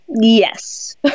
Yes